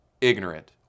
ignorant